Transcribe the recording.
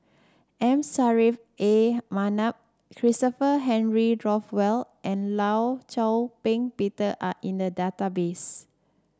M Saffri A Manaf Christopher Henry Rothwell and Law Shau Ping Peter are in the database